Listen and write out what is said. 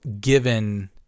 given